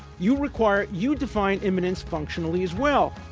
you require you define imminence functionally as well.